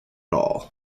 all